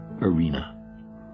arena